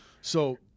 So-